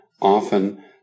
often